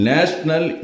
National